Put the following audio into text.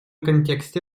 контексте